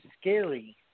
scary